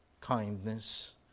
Kindness